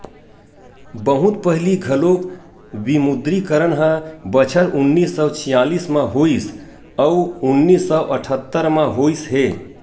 बहुत पहिली घलोक विमुद्रीकरन ह बछर उन्नीस सौ छियालिस म होइस अउ उन्नीस सौ अठत्तर म होइस हे